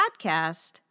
podcast